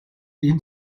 энэ